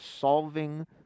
solving